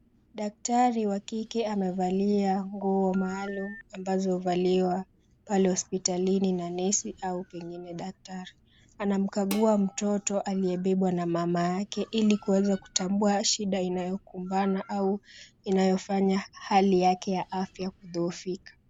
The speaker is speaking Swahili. Daktari wa kike amevalia nguo maalum ambazo huvaliwa pale hospitalini na nersi au pengine daktari, anamkagua mtoto aliyebebwa na mamake ili kuweza kutambua shida inayokubana au inayofanya hali yake ya afya kudhoofika.